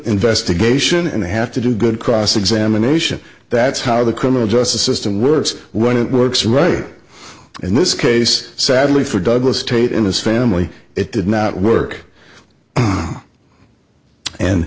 investigation and they have to do good cross examination that's how the criminal justice system works when it works right in this case sadly for douglas tate and his family it did not work and